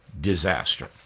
disaster